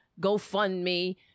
GoFundMe